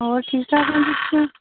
ਹੋਰ ਠੀਕ ਠਾਕ ਹੋ ਤੁਸੀਂ